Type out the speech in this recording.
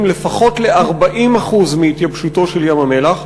לפחות ל-40% מהתייבשותו של ים-המלח,